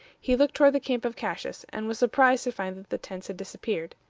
he looked toward the camp of cassius, and was surprised to find that the tents had disappeared.